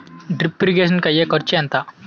Drip irrigation కూ అయ్యే ఖర్చు ఎంత?